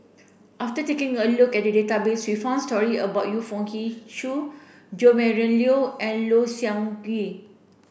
after taking a look at the database we found story about Yu Foo Yee Shoon Jo Marion Leo and Low Siew Nghee